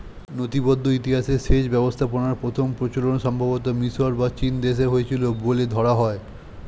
নথিবদ্ধ ইতিহাসে সেচ ব্যবস্থাপনার প্রথম প্রচলন সম্ভবতঃ মিশর এবং চীনদেশে হয়েছিল বলে ধরা হয়